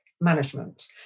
management